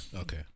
Okay